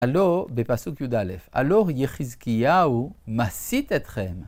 הלא, בפסוק י' א', הלא יחזקיהו מסית אתכם.